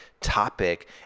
topic